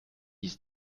ist